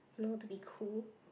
know to be cool